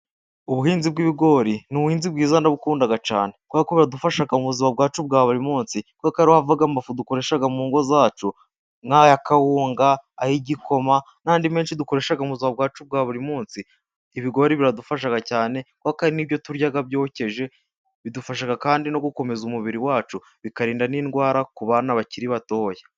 Ubuhinzi bw'ibigori ni ubuhinzi bwiza ndabukunda cyane, kubera ko buradufasha mu buzima bwacu bwa buri munsi, kubera ko ari ho hava amafu dukoresha mu ngo zacu, nk'aya kawunga, ay'igikoma n'andi menshi dukoresha mu buzima bwacu bwa buri munsi, ibigori biradufasha cyane kubera ko hari n'ibyo turya byokeje, bidufasha kandi no gukomeza umubiri wacu, bikarinda n'indwara ku bana bakiri batoya.